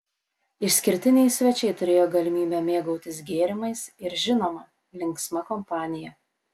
išskirtiniai svečiai turėjo galimybę mėgautis gėrimais ir žinoma linksma kompanija